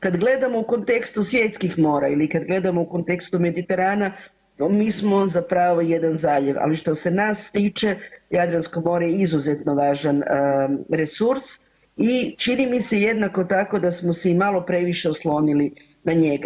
Kad gledamo u kontekstu svjetskih mora ili kad gledamo u kontekstu Mediterana mi smo zapravo jedan zaljev, ali što se nas tiče Jadransko more je izuzetno važan resurs i čini mi se jednako tako da smo si i malo previše oslonili na njega.